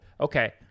okay